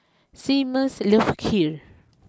Seamus love Kheer